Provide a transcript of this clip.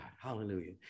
hallelujah